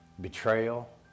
betrayal